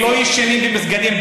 הם לא ישנים במסגדים.